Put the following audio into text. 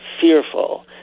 fearful